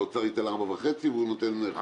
שהאוצר ייתן 4.5 והוא ייתן 5.5 מיליון.